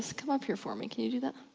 come up here for me. can you do that?